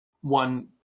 one